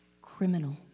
criminal